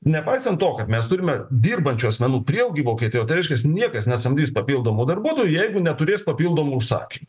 nepaisant to kad mes turime dirbančių asmenų prieaugį vokietijoj tai reiškias niekas nesamdys papildomų darbuotojų jeigu neturės papildomų užsakymų